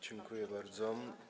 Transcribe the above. Dziękuję bardzo.